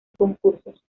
concursos